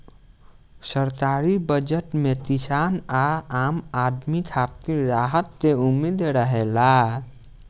सरकारी बजट में किसान आ आम आदमी खातिर राहत के उम्मीद रहेला